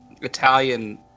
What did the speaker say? Italian